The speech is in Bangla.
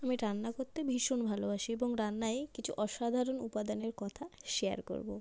আমি রান্না করতে ভীষণ ভালোবাসি এবং রান্নায় কিছু অসাধারণ উপাদানের কথা শেয়ার করবো